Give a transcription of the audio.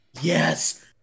yes